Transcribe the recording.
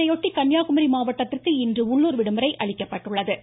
இதையொட்டி கன்னியாகுமரி மாவட்டத்திற்கு இன்று உள்ளுர் விடுமுறை அளிக்கப்பட்டுள்ளது